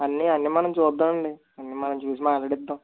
అన్ని అన్ని మనం చూద్దాం అండి అన్ని మనం చూసి మాట్లాడేద్దాం